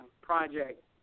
project